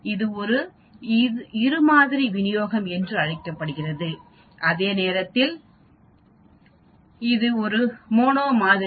இது ஒரு இரு மாதிரி விநியோகம் என்று அழைக்கப்படுகிறது அதே நேரத்தில் இது ஒரு மோனோ மாதிரி